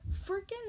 Freaking